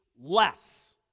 less